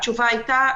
התשובה היתה: